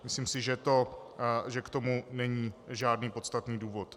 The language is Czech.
Myslím si, že k tomu není žádný podstatný důvod.